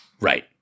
Right